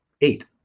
eight